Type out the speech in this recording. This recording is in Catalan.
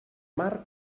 mar